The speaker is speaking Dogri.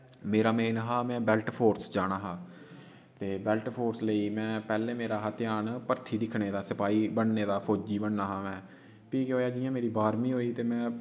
मेरा मेन हा में बेल्ट फ़ोर्स च जाना हा ते बेल्ट फ़ोर्स लेई में पैह्ला मेरा हा ध्यान भरथी दिक्खने दा सपाई बनने दा फ़ौजी बनना हा में फ्ही केह् होएआ जियां मेरी बाहरमीं होई ते में